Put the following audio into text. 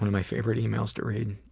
my favorite emails to read.